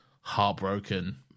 heartbroken